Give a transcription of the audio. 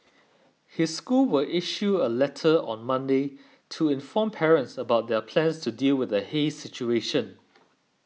his school will issue a letter on Monday to inform parents about their plans to deal with the haze situation